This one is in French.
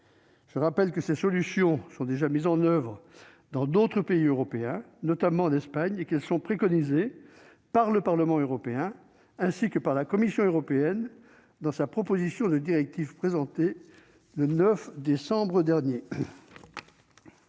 Je rappelle que ces solutions sont déjà mises en oeuvre dans d'autres pays européens, notamment en Espagne, et qu'elles sont préconisées par le Parlement européen, ainsi que par la Commission européenne dans la proposition de directive qu'elle a présentée le 9 décembre dernier.